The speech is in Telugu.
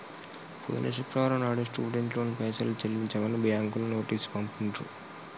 పోయిన శుక్రవారం నాడు స్టూడెంట్ లోన్ పైసలు చెల్లించమని బ్యాంకులు నోటీసు పంపిండ్రు